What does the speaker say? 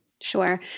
Sure